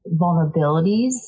vulnerabilities